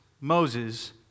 Moses